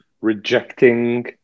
rejecting